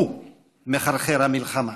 הוא מחרחר המלחמה,